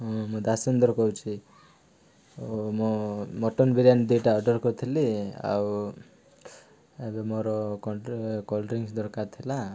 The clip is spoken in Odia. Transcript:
ହଁ ମୁଁ ଦାସେନ୍ଦର କହୁଛି ମୁଁ ମଟନ ବିରିୟାନୀ ଦିଟା ଅର୍ଡ଼ର୍ କରିଥିଲି ଆଉ ଏବେ ମୋର କୋଲ୍ଡ୍ରିଙ୍କସ୍ ଦରକାର ଥିଲା